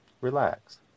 Relax